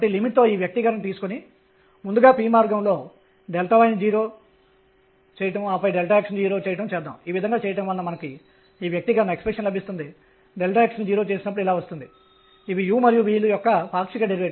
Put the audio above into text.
కాబట్టి దాన్ని ఎలా మినహాయించాలి మరియు n 1 2 3 మరియు మొదలైనవి మరియు n 0 1 2